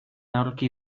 aurki